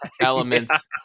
elements